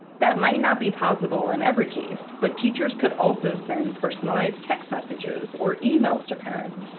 that might not be possible in every case, but teachers could also send personalized text messages or emails to parents,